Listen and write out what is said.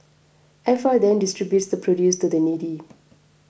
F R then distributes the produce to the needy